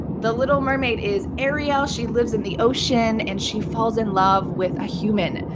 the little mermaid is ariel. she lives in the ocean and she falls in love with a human.